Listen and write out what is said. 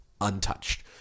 untouched